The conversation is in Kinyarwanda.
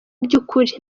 by’ukuri